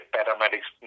Paramedics